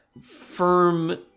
firm